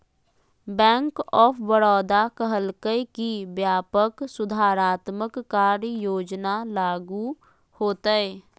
bank of Baroda कहलकय कि व्यापक सुधारात्मक कार्य योजना लागू होतय